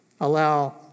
allow